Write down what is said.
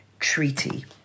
treaty